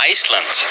Iceland